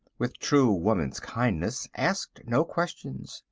with true woman's kindness, asked no questions.